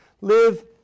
Live